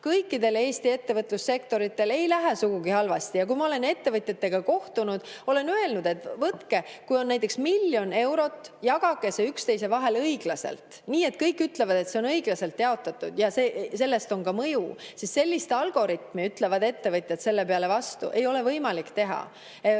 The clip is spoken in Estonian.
Kõikidel Eesti ettevõtlussektoritel ei lähe sugugi halvasti. Kui ma olen ettevõtjatega kohtunud, siis ma olen öelnud, et võtke näiteks miljon eurot, jagage see omavahel õiglaselt ära, nii et kõik ütlevad, et see on õiglaselt jaotatud, ja sellel on ka mõju. Sellist algoritmi, ütlevad ettevõtjad selle peale vastu, ei ole võimalik teha.